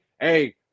hey